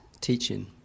teaching